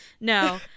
No